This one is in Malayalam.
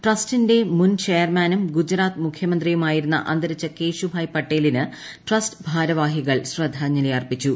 ട്രസ്റ്റിന്റെ മുൻ ചെയർമാനും ഗുജറാത്ത് മുഖ്യമന്ത്രിയുമായിരുന്ന അന്തരിച്ച കേശുഭായ് പട്ടേലിന് ട്രസ്റ്റ് ഭാരവാഹികൾ ശ്രദ്ധാഞ്ജലി അർപ്പിച്ചു